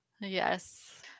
Yes